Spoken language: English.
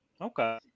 okay